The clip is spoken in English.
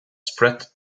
spread